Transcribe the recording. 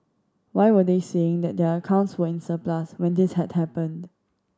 why were they saying that their accounts were in surplus when this had happened